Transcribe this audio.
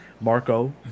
Marco